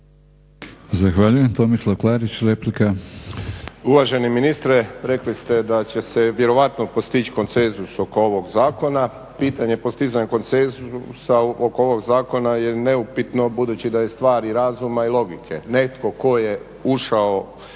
**Klarić, Tomislav (HDZ)** Uvaženi ministre, rekli ste da će se vjerovatno postići konsenzus oko ovog zakona. Pitanje postizanja konsenzusa oko ovog zakona je neupitno budući da je stvar i razuma i logike. Netko tko je ušao